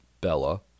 bella